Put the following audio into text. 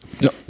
Ja